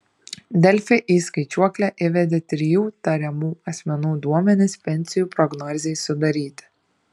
delfi į skaičiuoklę įvedė trijų tariamų asmenų duomenis pensijų prognozei sudaryti